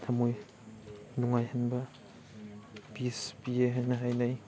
ꯊꯝꯃꯣꯏ ꯅꯨꯡꯉꯥꯏꯍꯟꯕ ꯄꯤꯁ ꯄꯤꯌꯦ ꯍꯥꯏꯅ ꯍꯥꯏꯅꯩ